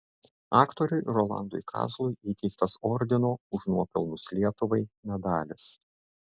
aktoriui rolandui kazlui įteiktas ordino už nuopelnus lietuvai medalis